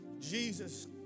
Jesus